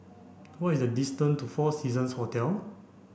what is the distance to Four Seasons Hotel